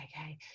okay